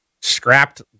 scrapped